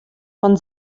von